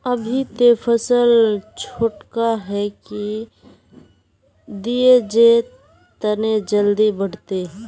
अभी ते फसल छोटका है की दिये जे तने जल्दी बढ़ते?